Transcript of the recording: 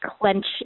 clench